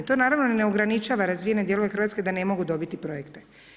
To naravno ne ograničava razvijene dijelove Hrvatske da ne mogu dobiti projekte.